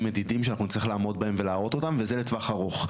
מדידים שאנחנו נצטרך לעמוד בהם ולהראות אותם וזה לטווח ארוך.